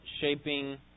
shaping